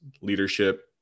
leadership